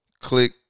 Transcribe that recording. Click